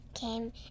came